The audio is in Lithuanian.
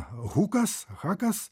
hukas hakas